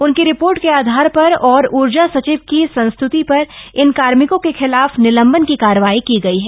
उनकी रिपार्ट के आधार पर और ऊर्जा सचिव की संस्तृति पर इन कार्मिकों के खिलाफ निलंबन की कार्रवाई की गई है